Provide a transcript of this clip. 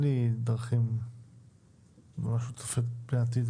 אין לי דרכים לנבא את העתיד,